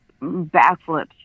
backflips